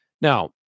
Now